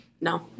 No